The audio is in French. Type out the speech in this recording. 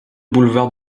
boulevard